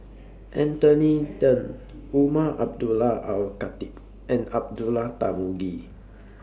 Anthony Then Umar Abdullah Al Khatib and Abdullah Tarmugi